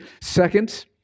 Second